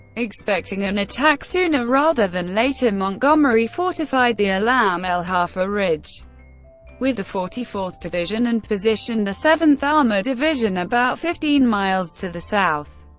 expecting an attack sooner rather than later, montgomery fortified the alam el halfa ridge with the forty fourth division, and positioned the seventh armoured division about fifteen mi to the south.